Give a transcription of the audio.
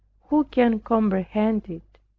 who can comprehend it?